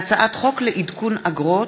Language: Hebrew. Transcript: הצעת חוק לעדכון אגרות,